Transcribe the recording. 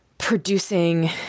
producing